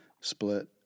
split